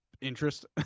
interest